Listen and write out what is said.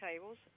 tables